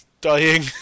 dying